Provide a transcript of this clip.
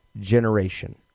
generation